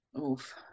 Oof